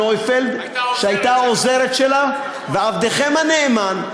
נויפלד, שהייתה העוזרת שלה, ועבדכם הנאמן.